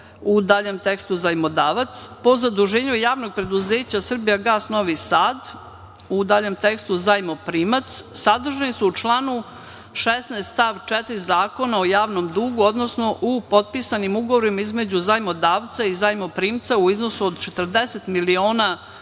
u daljem tekstu – zajmodavac, po zaduženju javnog preduzeća „Srbijagas“ Novi Sad, u daljem tekstu – zajmoprimac, sadržani su u članu 16. stav 4. Zakona o javnom dugu, odnosno u potpisanim ugovorima između zajmodavca i zajmoprimca u iznosu od 40 miliona evra,